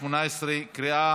הצעת החוק עברה בקריאה